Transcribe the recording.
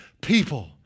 people